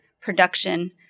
production